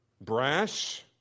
Brash